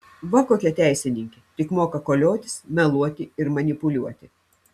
va kokia teisininkė tik moka koliotis meluoti ir manipuliuoti